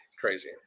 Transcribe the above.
Crazy